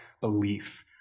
belief